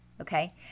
okay